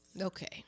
Okay